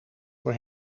voor